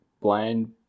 blind